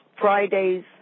Friday's